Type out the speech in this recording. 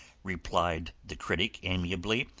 replied the critic, amiably,